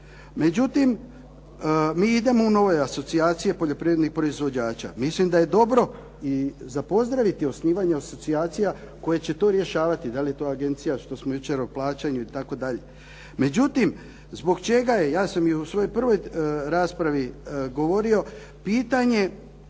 Međutim, mi idemo u nove asocijacije poljoprivrednih proizvođača. Mislim da je dobro i za pozdraviti osnivanje asocijacija koje će to rješavati. Da li je to agencija što smo jučer o plaćanju itd. Međutim, zbog čega je, ja sam i u svojoj prvoj raspravi govorio pitanje